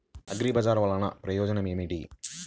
అగ్రిబజార్ వల్లన ప్రయోజనం ఏమిటీ?